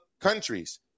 countries